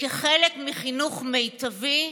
כחלק מחינוך מיטבי,